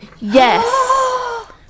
Yes